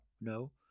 no